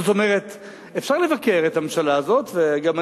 זאת אומרת,